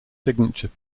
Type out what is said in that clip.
signature